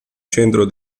centro